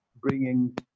bringing